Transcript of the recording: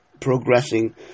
progressing